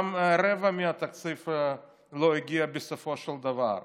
גם רבע מהתקציב לא הגיע בסופו של דבר.